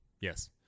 yes